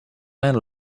man